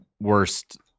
worst